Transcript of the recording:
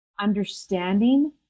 Understanding